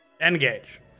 Engage